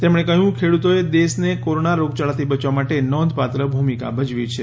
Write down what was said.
તેમણે કહ્યું ખેડુતોએ દેશને કોરોના રોગયાળાથી બચવા માટે નોંધપાત્ર ભૂમિકા ભજવી છે